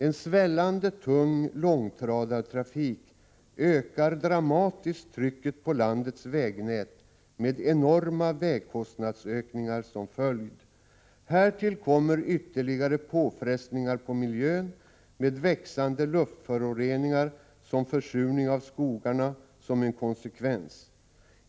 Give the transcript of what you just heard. En svällande tung långtradartrafik ökar dramatiskt trycket på landets vägnät med enorma vägkostnadsökningar som följd. Härtill kommer ytterligare påfrestningar på miljön med växande luftföroreningar med försurning av skogarna som en konsekvens.